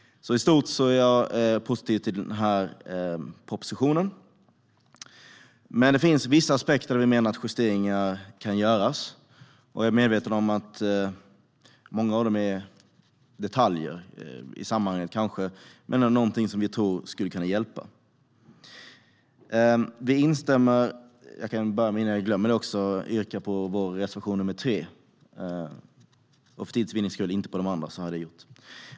I stort är jag alltså positiv till denna proposition, men det finns vissa aspekter där vi menar att vissa justeringar bör göras. Jag är medveten om att många av dem är detaljer, men vi tror att de skulle kunna hjälpa. För tids vinnande yrkar jag bifall enbart till reservation nr 3.